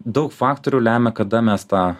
daug faktorių lemia kada mes tą